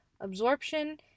absorption